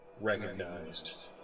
Recognized